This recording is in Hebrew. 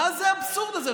מה זה האבסורד הזה?